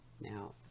now